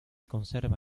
conserva